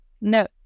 No